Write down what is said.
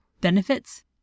benefits